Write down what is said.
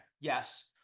Yes